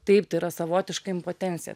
taip tai yra savotiška impotencija